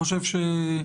חושב